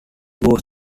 was